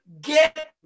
get